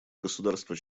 государства